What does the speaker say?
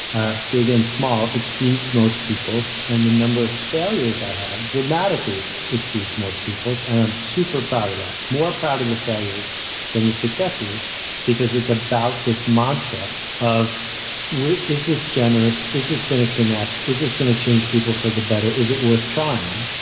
ah big and small, exceeds most people's and the number of failures i have dramatically exceeds most people's and i'm super proud of that more proud of the failures than the successes because it's about this mantra of is this generous, is this going to connect, is this going to change people for the better, is this worth trying?